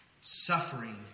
Suffering